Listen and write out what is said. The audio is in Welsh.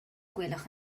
gwelwch